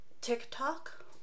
TikTok